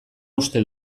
uste